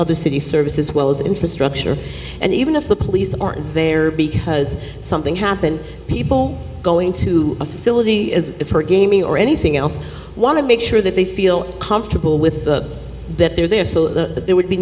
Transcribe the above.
other cities service as well as infrastructure and even if the police aren't there because something happened people are going to a facility as for gaming or anything else want to make sure that they feel comfortable with that they're there so that there would be